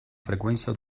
frecuencia